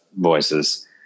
voices